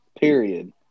period